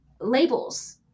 labels